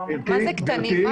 מה זה קטנים?